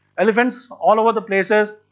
elephants all over the places,